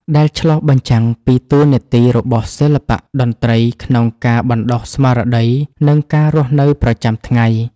ដែលឆ្លុះបញ្ចាំងពីតួនាទីរបស់សិល្បៈតន្ត្រីក្នុងការបណ្តុះស្មារតី និងការរស់នៅប្រចាំថ្ងៃ។